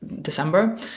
December